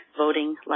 voting